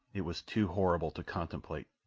it was too horrible to contemplate.